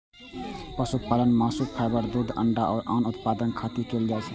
पशुपालन मासु, फाइबर, दूध, अंडा आ आन उत्पादक खातिर कैल जाइ छै